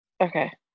Okay